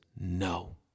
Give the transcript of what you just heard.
no